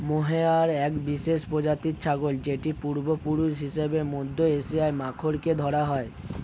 mohair এক বিশেষ প্রজাতির ছাগল যেটির পূর্বপুরুষ হিসেবে মধ্য এশিয়ার মাখরকে ধরা হয়